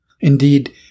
Indeed